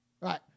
right